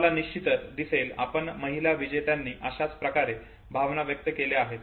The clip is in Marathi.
तुम्हाला निश्चितच दिसेल बर्याच महिला विजेत्यांनी अशाच प्रकारे भावना व्यक्त केल्या आहेत